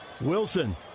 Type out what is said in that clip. Wilson